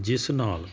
ਜਿਸ ਨਾਲ